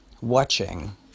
watching